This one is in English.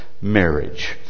Marriage